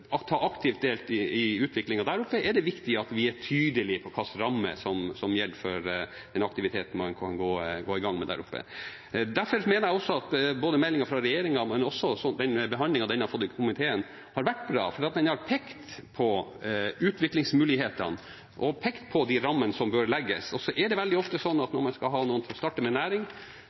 ta aktivt del i utviklingen der oppe, er det viktig at vi er tydelige på hvilken ramme som gjelder for den aktiviteten man kan gå i gang med der oppe. Derfor mener jeg at meldingen fra regjeringen, men også behandlingen den har fått i komiteen, har vært bra, for den har pekt på utviklingsmulighetene og pekt på de rammene som bør legges. Og så er det veldig ofte slik at når man skal ha noen til å starte med næring,